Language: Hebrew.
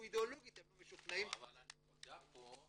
אידיאולוגית הם לא משוכנעים --- אבל הנקודה פה,